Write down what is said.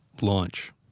Launch